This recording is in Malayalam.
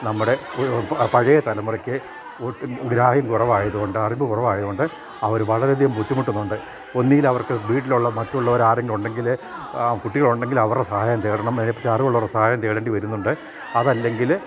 നമ്മുടെ പഴയ തലമുറയ്ക്ക് ഗ്രാഹ്യം കുറവായതുകൊണ്ട് അറിവ് കുറവായത് കൊണ്ട് അവർ വളരെയധികം ബുദ്ധിമുട്ടുന്നുണ്ട് ഒന്നുകിൽ അവർക്ക് വീട്ടിലുള്ള മറ്റുള്ളവരുടെ ആരെങ്കിലുമുണ്ടെങ്കിൽ കുട്ടികളുണ്ടെങ്കിൽ അവരുടെ സഹായം തേടണം അതേപ്പറ്റി അറിവുള്ളവരുടെ സഹായം തേടേണ്ടി വരുന്നുണ്ട് അതല്ല എങ്കിൽ